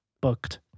booked